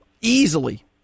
easily